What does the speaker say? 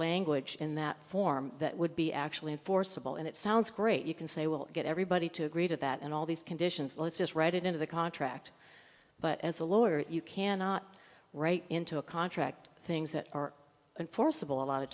language in that form that would be actually enforceable and it sounds great you can say we'll get everybody to agree to that and all these conditions let's just write it into the contract but as a lawyer you cannot write into a contract things that are in forcible a lot of